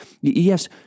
yes